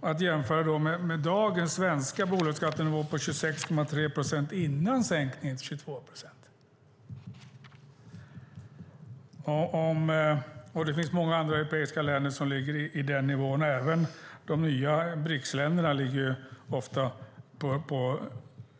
Det är att jämföra med dagens svenska bolagsskattenivå på 26,3 procent innan sänkningen till 22 procent. Det finns många andra europeiska länder som ligger på den nivån. Även de nya BRICS-länderna ligger ofta på